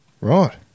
Right